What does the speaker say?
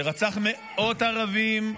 שרצח מאות ערבים,